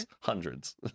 Hundreds